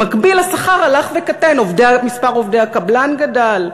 במקביל השכר הלך וקטן ומספר עובדי הקבלן גדל.